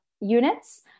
units